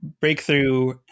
Breakthrough